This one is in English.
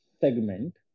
segment